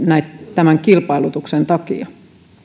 tämän kilpailutuksen takia